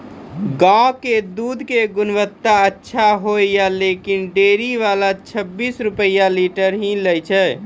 गांव के दूध के गुणवत्ता अच्छा होय या लेकिन डेयरी वाला छब्बीस रुपिया लीटर ही लेय छै?